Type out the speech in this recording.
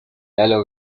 halo